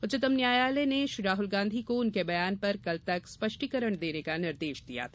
उच्चतम न्यायालय ने श्री राहुल गांधी को उनके बयान पर कल तक स्पष्टीकरण देने का निर्देश दिया था